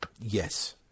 Yes